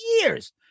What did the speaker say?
years